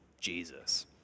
Jesus